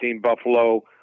Buffalo